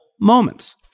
moments